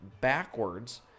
backwards